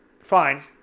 Fine